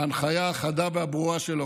ההנחיה החדה והברורה שלו,